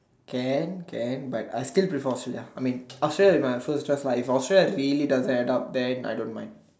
can can but I still prefer Australia I mean Australia is my first choice lah if Australia is really doesn't add then I don't mind